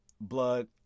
blood